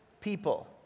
people